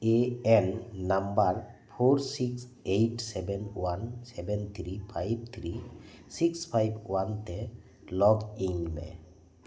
ᱮ ᱮᱱ number four six eight seven one seven three five three six five one ᱛᱮ log in ᱢᱮ